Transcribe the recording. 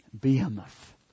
Behemoth